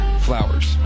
Flowers